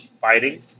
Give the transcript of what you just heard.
fighting